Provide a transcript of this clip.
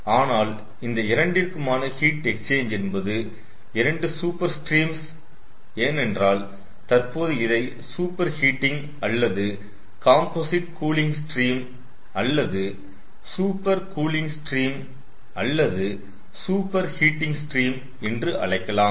ஆனால் இந்த இரண்டிற்குமான ஹீட் எக்சேஞ்ச் என்பது 2 சூப்பர் ஸ்ட்ரீம்ஸ் ஏனென்றால் தற்போது இதை சூப்பர் ஹீட்டிங் அல்லது காம்போசிட் கூலிங் ஸ்ட்ரீம் அல்லது சூப்பர் கூலிங் ஸ்ட்ரீம் அல்லது சூப்பர் ஹீட்டிங் ஸ்ட்ரீம் என்று அழைக்கலாம்